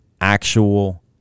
actual